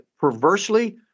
perversely